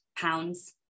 pounds